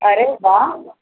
अरे वा